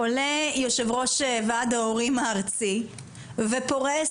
עולה יושב ראש ועד ההורים הארצי ופורס